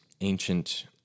ancient